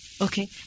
Okay